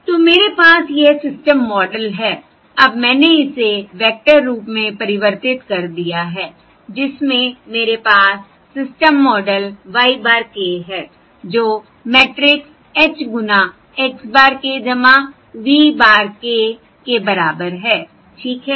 तो मेरे पास यह सिस्टम मॉडल है अब मैंने इसे वेक्टर रूप में परिवर्तित कर दिया है जिसमें मेरे पास system model y bar k है जो मैट्रिक्स H गुना x bar k v bar k के बराबर है ठीक है